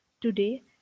Today